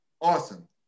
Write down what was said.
Awesome